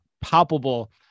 palpable